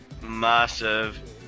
massive